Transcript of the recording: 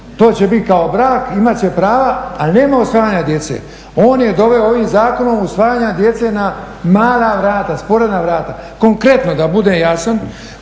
to će biti kao brak, imat će prava ali nema usvajanja djece. On je doveo ovim zakonom usvajanja djece na mala vrata, sporedna vrata. Konkretno da budem jasan,